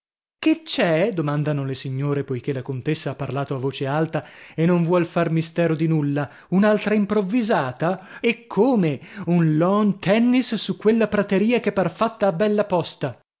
molti che c'è domandano le signore poichè la contessa ha parlato a voce alta e non vuol far mistero di nulla un'altra improvvisata e come un lawn tennis su quella prateria che par fatta a bella posta